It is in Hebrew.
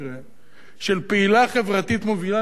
של פעילה חברתית מובילה בירושלים,